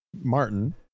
Martin